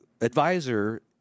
advisor